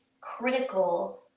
critical